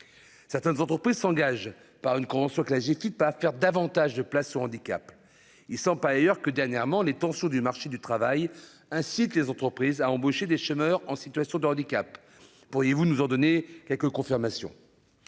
certaines entreprises s'engagent par une convention que quitte pas faire davantage de place au handicap, ils sont pas ailleurs que dernièrement les tensions du marché du travail incite les entreprises à embaucher des chômeurs en situation de handicap, pourriez-vous nous en donner quelques confirmations